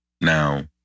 Now